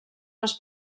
les